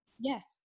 Yes